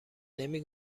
نمی